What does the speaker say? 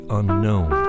unknown